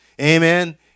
amen